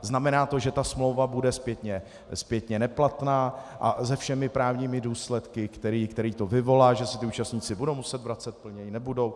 Znamená to, že ta smlouva bude zpětně neplatná a se všemi právními důsledky, které to vyvolá, že se ti účastníci budou muset vracet, nebo nebudou?